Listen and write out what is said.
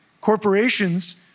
corporations